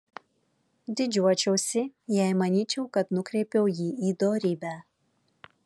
didžiuočiausi jei manyčiau kad nukreipiau jį į dorybę